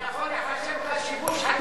זה יכול להיחשב לך שיבוש חקירה.